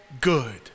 good